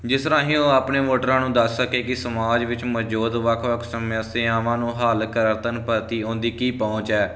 ਜਿਸ ਰਾਹੀਂ ਉਹ ਆਪਣੇ ਵੋਟਰਾਂ ਨੂੰ ਦੱਸ ਸਕੇ ਕਿ ਸਮਾਜ ਵਿੱਚ ਮੌਜੂਦ ਵੱਖ ਵੱਖ ਸਮੱਸਿਆਵਾਂ ਨੂੰ ਹੱਲ ਕਰਨ ਪ੍ਰਤੀ ਹੁੰਦੀ ਕੀ ਪਹੁੰਚ ਹੈ